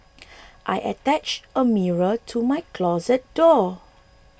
I attached a mirror to my closet door